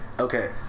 Okay